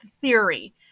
theory